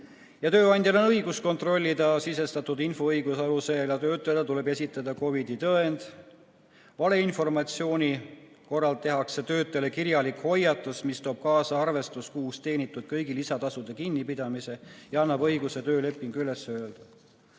Tööandjal on õigus kontrollida sisestatud infoõiguse alusel ja töötajal tuleb esitada COVID-i tõend. Valeinformatsiooni korral tehakse töötajale kirjalik hoiatus, mis toob kaasa arvestuskuus teenitud kõigi lisatasude kinnipidamise ja annab õiguse töölepingu üles öelda.